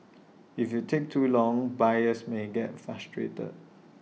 if you take too long buyers may get frustrated